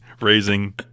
Raising